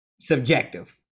subjective